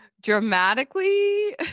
dramatically